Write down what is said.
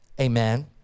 Amen